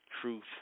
Truth